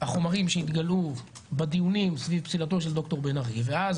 החומרים שהתגלו בדיונים סביב פסילתו של ד"ר בן ארי ואז